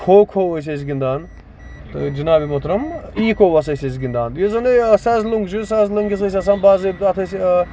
کھو کھو ٲسۍ أسۍ گِندان جِناب مۄحترم ایکو وَس ٲسۍ أسۍ گِندان یُس زَن یہِ سَزٕ لونگ چھُ سَزٕ لنگِس ٲسۍ آسان باضٲبطہٕ اَتھ ٲسۍ